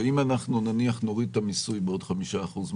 אם נניח נוריד את המיסוי עוד חמישה אחוזים,